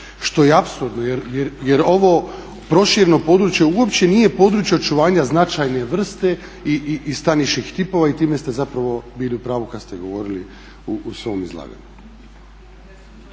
Što je apsurdno jer ovo prošireno područje uopće nije područje očuvanja značajne vrste i staničnih tipova i time ste zapravo bili u pravu kada ste govorili u svom izlaganju.